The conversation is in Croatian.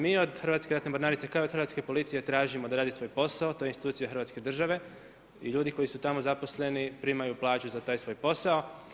Mi od Hrvatske ratne mornarice, kao i od Hrvatske policije tražimo da radi svoj posao, to je institucija Hrvatske države i ljudi koji su tamo zaposleni primaju plaću za taj svoj posao.